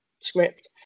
script